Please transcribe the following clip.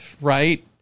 right